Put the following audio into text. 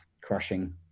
crushing